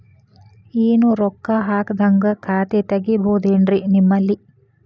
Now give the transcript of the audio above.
ಏನು ರೊಕ್ಕ ಹಾಕದ್ಹಂಗ ಖಾತೆ ತೆಗೇಬಹುದೇನ್ರಿ ನಿಮ್ಮಲ್ಲಿ?